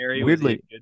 weirdly